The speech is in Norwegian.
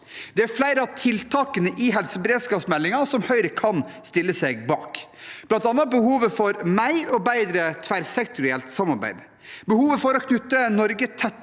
Det er flere av tiltakene i helseberedskapsmeldingen Høyre kan stille seg bak, bl.a. behovet for mer og bedre tverrsektorielt samarbeid, behovet for å knytte Norge tettere